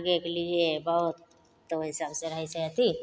आगेके लिए बहुत ओहि सबसे रहै छै अथी